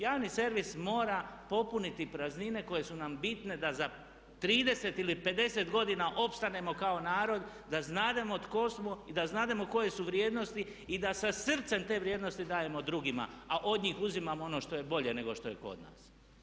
Javni servis mora popuniti praznine koje su nam bitne da za 30 ili 50 godina opstanemo kao narod, da znademo tko smo i da znademo koje su vrijednosti i da sa srcem te vrijednosti dajemo drugima a od njih uzimamo ono što je bolje nego što je kod nas.